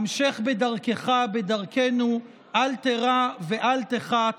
המשך בדרכך, בדרכנו, על תירא ואל תחת.